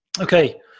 Okay